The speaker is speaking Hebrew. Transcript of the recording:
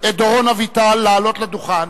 את דורון אביטל לעלות לדוכן.